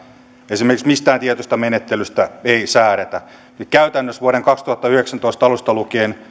esimerkiksi mistään tietystä menettelystä ei säädetä eli käytännössä vuoden kaksituhattayhdeksäntoista alusta lukien